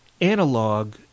analog